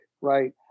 right